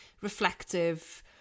reflective